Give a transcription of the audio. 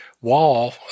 wall